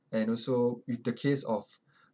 and also with the case of